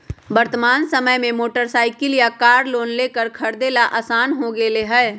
वर्तमान समय में मोटर साईकिल या कार लोन लेकर खरीदे ला आसान हो गयले है